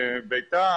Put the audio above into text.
בעיטה